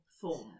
form